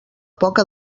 poca